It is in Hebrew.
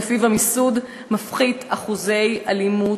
שלפיו המיסוד מפחית אחוזי אלימות,